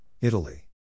Italy